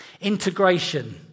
Integration